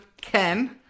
Ken